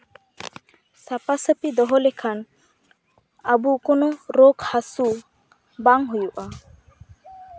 ᱥᱟᱯᱷᱟ ᱥᱟᱹᱯᱷᱤ ᱫᱚᱦᱚ ᱞᱮᱠᱷᱟᱱ ᱟᱵᱚ ᱠᱳᱱᱳ ᱨᱳᱜᱽ ᱦᱟᱹᱥᱩ ᱵᱟᱝ ᱦᱩᱭᱩᱜᱼᱟ